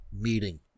meeting